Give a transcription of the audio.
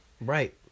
Right